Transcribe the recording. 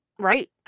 right